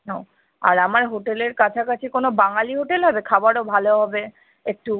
ও আর আমার হোটেলের কাছাকাছি কোনো বাঙালি হোটেল হবে খাবারও ভালো হবে একটু